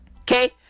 Okay